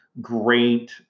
great